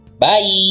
bye